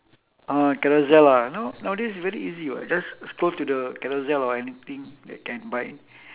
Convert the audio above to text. ah carousell ah now nowadays very easy [what] just scroll to the carousell or anything that can buy